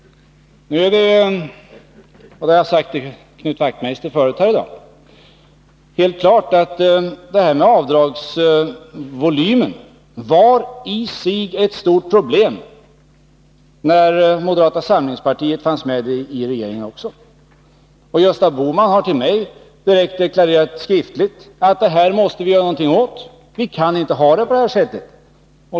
Det är — och detta har jag sagt till Knut Wachtmeister förut här i dag — helt klart att avdragsvolymen i sig var ett stort problem också när moderata samlingspartiet fanns med i regeringen. Gösta Bohman har till mig direkt skriftligen deklarerat att man måste göra något åt det problemet. Man kan inte ha det på detta sätt.